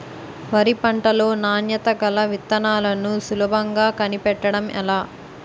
వరి పంట లో నాణ్యత గల విత్తనాలను సులభంగా కనిపెట్టడం ఎలా?